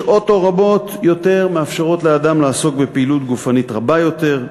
שעות אור רבות יותר מאפשרות לאדם לעסוק בפעילות גופנית רבה יותר,